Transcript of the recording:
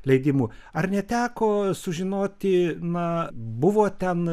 leidimų ar neteko sužinoti na buvo ten